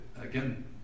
again